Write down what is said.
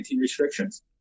restrictions